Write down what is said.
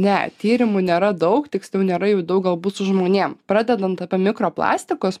ne tyrimų nėra daug tiksliau nėra jų daug gal būt su žmonėm pradedant apie mikro plastikus